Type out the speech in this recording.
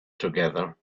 together